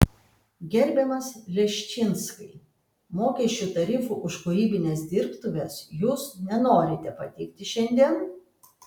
gerbiamas leščinskai mokesčių tarifų už kūrybines dirbtuves jūs nenorite pateikti šiandien